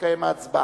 תתקיים ההצבעה.